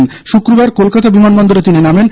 গত শুক্রবার কলকাতা বিমানবন্দরে তিনি নামেন